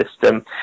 system